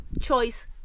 choice